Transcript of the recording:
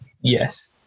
Yes